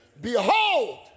behold